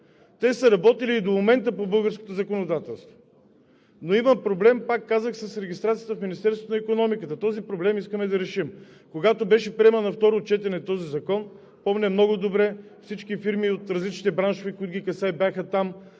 Те са работили и до момента по българското законодателство. Но има проблем, пак казвам, с регистрацията в Министерството на икономиката. Този проблем искаме да решим. Когато беше приеман на второ четене този закон, помня много добре, всички фирми от различните браншове, които ги касае, бяха там,